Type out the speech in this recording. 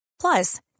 Plus